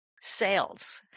sales